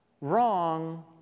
wrong